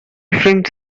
films